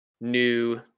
new